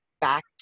back